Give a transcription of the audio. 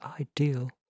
ideal